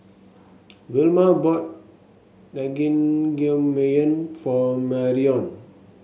Vilma bought Naengmyeon for Marrion